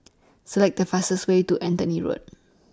Select The fastest Way to Anthony Road